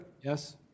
yes